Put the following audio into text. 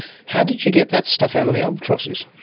how did you get that stuff out of the albatrosses?